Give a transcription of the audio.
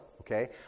Okay